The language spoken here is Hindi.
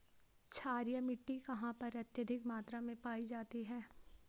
क्षारीय मिट्टी कहां पर अत्यधिक मात्रा में पाई जाती है?